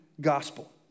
gospel